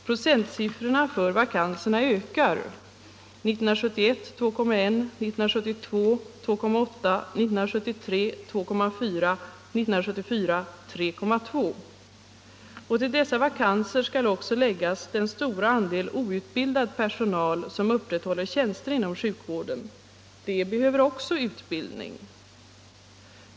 Procentsiffran för vakanserna ökar: 1971 var den 2,1, 1972 var den 2,8, 1973 var den 2,4 och 1974 var den 3,2. Till dessa vakanser skall också läggas den stora andel outbildad personal som upprätthåller tjänster inom sjukvården. De behöver också utbildning.